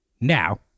Now